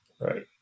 Right